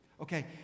Okay